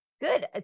Good